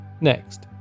Next